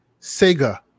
Sega